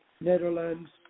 Netherlands